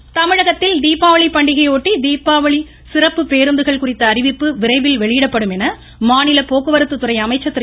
விஜயபாஸ்கர் தமிழகத்தில் தீபாவளி பண்டிகைக்கான சிறப்பு பேருந்துகள் குறித்த அறிவிப்பு விரைவில் வெளியிடப்படும் என மாநில போக்குவரத்துத்துறை அமைச்சர் திரு